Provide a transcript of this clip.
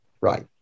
Right